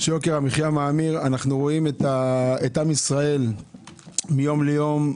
אנחנו רואים את עם ישראל מתקשה מיום ליום,